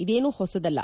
ಇದೇನು ಹೊಸದಲ್ಲ